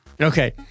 Okay